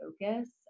focus